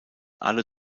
alle